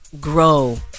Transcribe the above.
grow